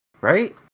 Right